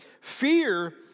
Fear